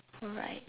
alright